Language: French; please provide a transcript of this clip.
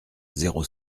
zéro